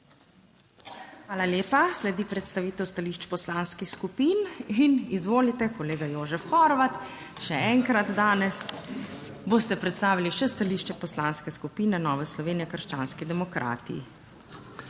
Hvala lepa. Sledi predstavitev stališč poslanskih skupin in izvolite kolega Jožef Horvat še enkrat, danes boste predstavili še stališče Poslanske skupine Nove Slovenije - krščanski demokrati.